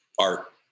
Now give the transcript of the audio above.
art